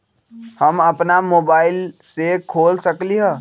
हम अपना मोबाइल से खोल सकली ह?